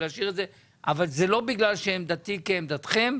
אבל זה לא בגלל שעמדתי כעמדתכם,